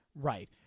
Right